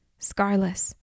scarless